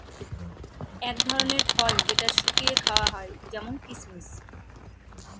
এক ধরনের ফল যেটা শুকিয়ে খাওয়া হয় যেমন কিসমিস